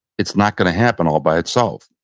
it's not going to happen all by itself.